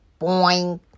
Boing